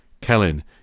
Kellen